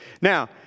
Now